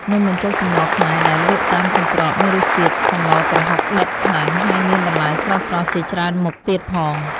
នំបញ្ចុកសម្លខ្មែរដែលលក់តាមកន្ត្រកមានរសជាតិសម្លប្រហុកដិតខ្លាំងហើយមានបន្លែស្រស់ៗជាច្រើនមុខទៀតផង។